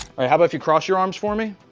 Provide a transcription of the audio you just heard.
how about if you cross your arms for me?